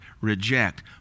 reject